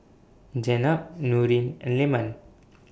Jenab Nurin and Leman